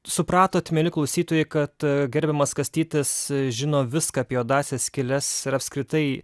supratot mieli klausytojai kad gerbiamas kastytis žino viską apie juodąsias skyles ir apskritai